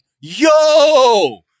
yo